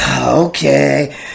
Okay